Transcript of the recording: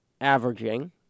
averaging